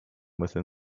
within